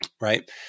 Right